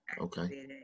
okay